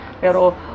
Pero